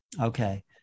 Okay